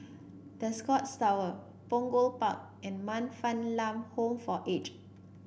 The Scotts Punggol Park and Man Fatt Lam Home for Aged